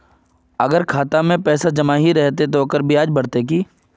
अगर खाता में पैसा जमा ही रहते ते ओकर ब्याज बढ़ते की?